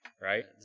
Right